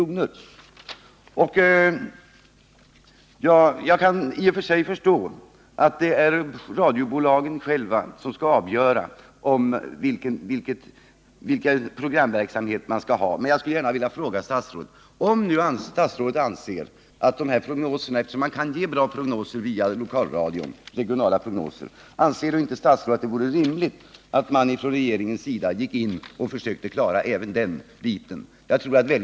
år 1978. Jag kan i och för sig förstå att det är radiobolagen själva som skall avgöra vilken programverksamhet de skall ha, men jag vill gärna fråga statsrådet: Om statsrådet, mot bakgrund av att man kan ge bra regionala prognoser via lokalradion, bedömer att den här verksamheten är av värde, anser då inte statsrådet att det vore rimligt att man från regeringens sida gick in i förhandlingarna för att försöka medverka till att lösa problemen också när det gäller denna del av verksamheten?